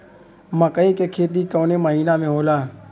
मकई क खेती कवने महीना में होला?